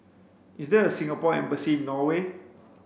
is there a Singapore embassy in Norway